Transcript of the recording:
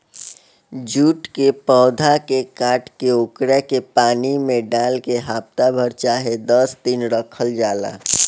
jute के पौधा के काट के ओकरा के पानी में डाल के हफ्ता भर चाहे दस दिन रखल जाला